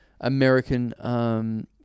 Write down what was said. American